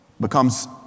becomes